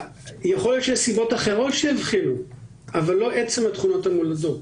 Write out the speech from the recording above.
יכול להיות שיש סיבות אחרות --- אבל לא עצם התכונות המולדות.